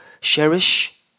cherish